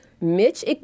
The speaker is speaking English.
Mitch